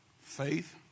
Faith